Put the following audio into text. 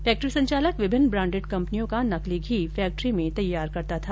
factory संचालक विभिन्न branded कंपनियों का नकली घी फैक्ट्री में तैयार करता था